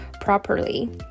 properly